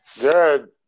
Good